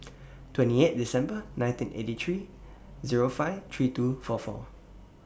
twenty eight December nineteen eighty three Zero five three two four four